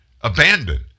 abandoned